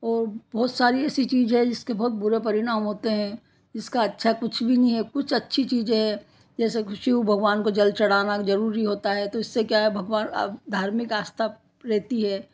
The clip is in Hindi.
और बहुत सारी ऐसी चीज़ें हैं जिसके बहुत बुरे परिणाम होते हैं जिसका अच्छा कुछ भी नहीं है कुछ अच्छी चीज़ें हैं जैसे कि शिव भगवान को जल चढ़ाना ज़रूरी होता है तो इससे क्या है भगवान अब धार्मिक आस्था रहती है